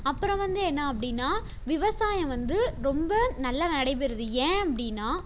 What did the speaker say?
அப்புறம் வந்து என்ன அப்படின்னா விவசாயம் வந்து ரொம்ப நல்லா நடைபெறுது ஏன் அப்படின்னா